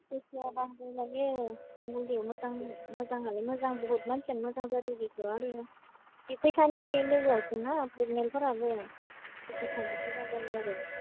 फैसाया बांद्राय माने मुलियाव मोजां मोजाङालाय मोजां बहुद मानसियानो मोजां जादोर' आरो फैसानि लोगोआवसोना प्रेगनेन्टफोराबो फैसा थाब्ला मोजां जायो आरो